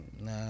nah